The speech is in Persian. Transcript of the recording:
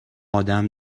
آدم